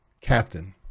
captain